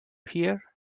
hear